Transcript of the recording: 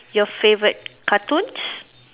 your favourite cartoons